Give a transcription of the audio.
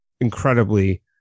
incredibly